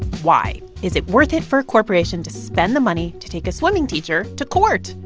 why? is it worth it for a corporation to spend the money to take a swimming teacher to court?